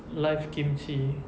live kimchi